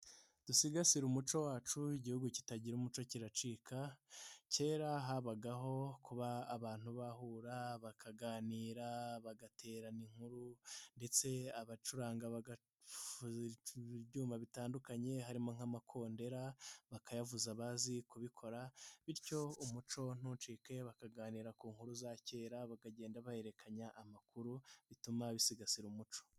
Dusigasire umuco wacu, Igihugu kitagira umuco kiracika, kera habagaho kuba abantu bahura bakaganira, bagaterana inkuru ndetse abacuranga ibyuma bitandukanye harimo nk'amakondera bakayavuza, abazi kubikora bityo umuco ntucike, bakaganira ku nkuru za kera, bakagenda bahererekanya amakuru bituma bisigasira umuco.